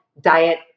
diet